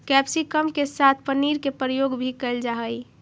capsicum के साथ पनीर के प्रयोग भी कैल जा हइ